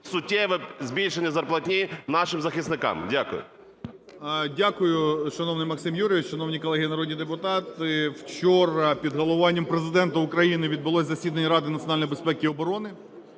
суттєве збільшення зарплатні нашим захисникам? Дякую. 10:42:44 ГРОЙСМАН В.Б. Дякую, шановний Максим Юрійович. Шановні колеги народні депутати, вчора під головуванням Президента України відбулося засідання Ради національної безпеки і оброни,